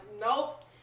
nope